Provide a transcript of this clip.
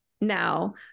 now